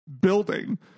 building